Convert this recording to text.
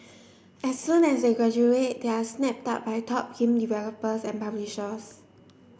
as soon as they graduate they are snapped very top game developers and publishers